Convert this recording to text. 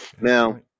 Now